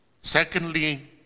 secondly